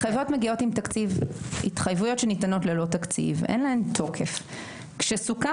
בחודש אוקטובר סוכם